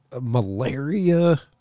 malaria